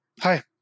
Hi